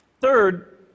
Third